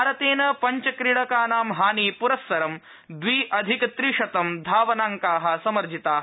भारतेन पंच क्रीडकानां हानिपुरस्सरं द्वि अधिक त्रिशतं धावनांका समर्जिता